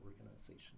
organization